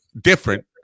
different